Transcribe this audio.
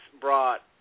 brought